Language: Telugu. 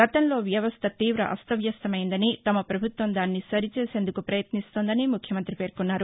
గతంలో వ్యవస్థ తీవ అస్తవ్యస్థం అయిందని తమ ప్రభుత్వం దానిని సరిచేసేందుకు ప్రయత్నిస్తోందని ముఖ్యమంత్రి పేర్కొన్నారు